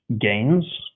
gains